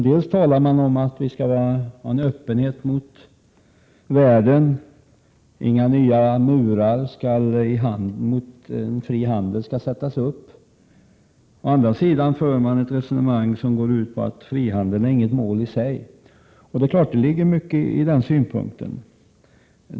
Dels talar man om att Sverige skall visa en öppenhet mot världen; inga nya murar mot en fri handel skall sättas upp. Dels för man ett resonemang som går ut på att frihandel inte är något mål i sig. Det ligger mycket i den synpunkten.